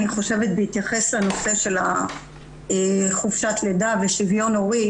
בהתייחס לנושא של חופשת הלידה ושוויון הורי,